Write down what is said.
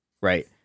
right